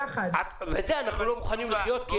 עם זה אנחנו לא מוכנים לחיות.